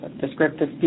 descriptive